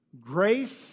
Grace